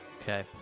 Okay